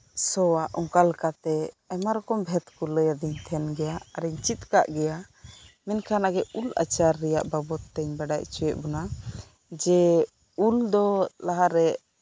ᱥᱚᱣᱟ ᱚᱝᱠᱟ ᱞᱮᱠᱟᱛᱮ ᱟᱭᱢᱟ ᱨᱚᱠᱚᱢ ᱵᱷᱮᱫᱽ ᱠᱚ ᱞᱟᱹᱭᱟ ᱟᱫᱤᱧ ᱛᱟᱦᱮᱸᱱ ᱜᱮᱭᱟ ᱟᱨᱮᱧ ᱪᱮᱫ ᱠᱟᱫ ᱜᱮᱭᱟ ᱢᱮᱱᱠᱷᱟᱱ ᱟᱜᱮ ᱩᱞ ᱟᱪᱟᱨ ᱨᱮᱭᱟᱜ ᱵᱟᱵᱚᱛᱮᱧ ᱵᱟᱲᱟᱭ ᱪᱚᱭᱮᱫ ᱵᱚᱱᱟ ᱡᱮ ᱩᱞ ᱫᱚ ᱞᱟᱦᱟᱨᱮ